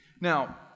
Now